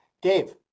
Dave